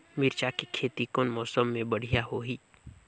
मिरचा के खेती कौन मौसम मे बढ़िया होही?